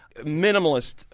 Minimalist